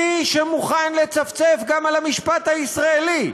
מי שמוכן לצפצף גם על המשפט הישראלי,